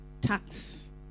tax